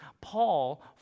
Paul